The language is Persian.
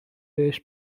بهش